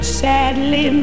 sadly